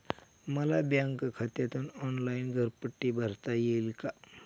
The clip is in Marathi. मला बँक खात्यातून ऑनलाइन घरपट्टी भरता येईल का?